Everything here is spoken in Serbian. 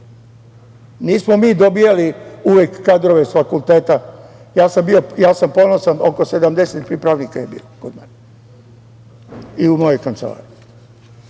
Nismo mi dobijali uvek kadrove sa fakulteta. Ja sam ponosan, oko 70 pripravnika je bilo kod mene i u mojoj kancelariji.